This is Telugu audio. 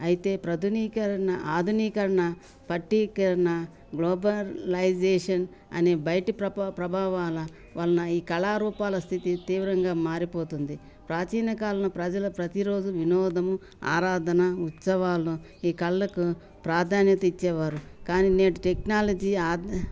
అయితే ప్రధునీకరణ ఆధునీకరణ పట్టణీకరణ గ్లోబలైజేషన్ అనే బయటి ప్రభ ప్రభావాల వల ఈ కళారూపాల స్థితి తీవ్రంగా మారిపోతుంది ప్రాచీనకాలన ప్రజల ప్రతిరోజు వినోదము ఆరాధన ఉత్సవాలు ఈ కళ్లకు ప్రాధాన్యత ఇచ్చేవారు కానీ నేటి టెక్నాలజీ